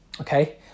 Okay